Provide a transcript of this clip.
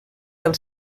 del